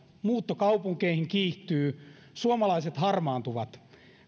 muutto kaupunkeihin kiihtyy suomalaiset harmaantuvat